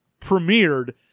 premiered